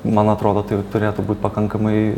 man atrodo tai turėtų būt pakankamai